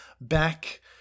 back